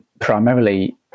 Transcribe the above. primarily